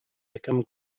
become